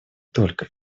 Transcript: только